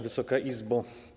Wysoka Izbo!